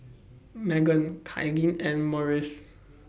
Meggan Kylene and Morris